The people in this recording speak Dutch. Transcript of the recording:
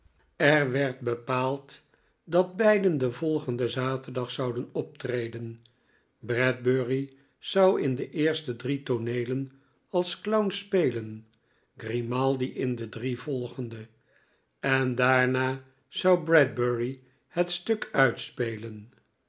er werd bepaald dat beiden den volgenden zaterdag zouden optreden bradbury zou in de drie eerste tooneelen als clown spelen grimaldi in de drie volgende en daarna zou bradbury het stuk uitspelen